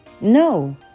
No